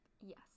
yes